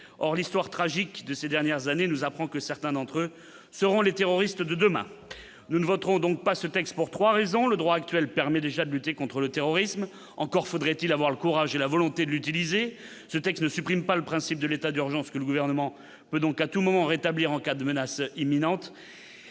or l'histoire tragique de ces dernières années, nous apprend que certains d'entre eux seront les terroristes de demain, nous ne voterons donc pas ce texte pour 3 raisons : le droit actuel permet déjà de lutter contre le terrorisme, encore faudrait-il avoir le courage et la volonté de l'utiliser, ce texte ne supprime pas le principe de l'état d'urgence que le gouvernement peut donc à tout moment rétablir en cas de menace imminente